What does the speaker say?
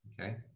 Okay